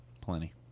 Plenty